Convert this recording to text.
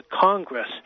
Congress